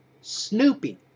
Snoopy